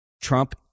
Trump